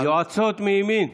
יועצות מימין,